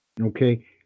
Okay